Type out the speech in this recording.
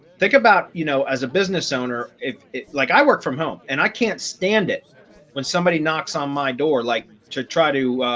think about you know, as a business owner it it like i work from home, and i can't stand it when somebody knocks on my door like to try to,